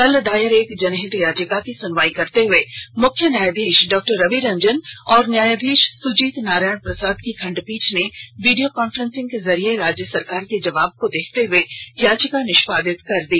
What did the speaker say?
कल दायर एक जनहित याचिका की सुनवाई करते हुए मुख्य न्यायाधीश डॉक्टर रवि रंजन और न्यायाधीश सुजीत नारायण प्रसाद की खंडपीठ ने वीडियो कॉन्फ्रेंसिंग के जरिए राज्य सरकार के जवाब को देखते हुए याचिका निष्पादित कर दी